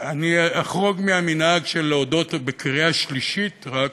אני אחרוג מהמנהג של להודות בקריאה שלישית, רק,